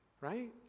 right